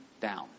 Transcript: down